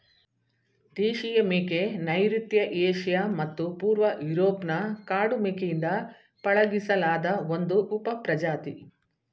ದೇಶೀಯ ಮೇಕೆ ನೈಋತ್ಯ ಏಷ್ಯಾ ಮತ್ತು ಪೂರ್ವ ಯೂರೋಪ್ನ ಕಾಡು ಮೇಕೆಯಿಂದ ಪಳಗಿಸಿಲಾದ ಒಂದು ಉಪಪ್ರಜಾತಿ